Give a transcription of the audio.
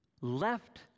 left